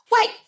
wait